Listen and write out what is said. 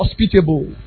hospitable